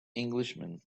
englishman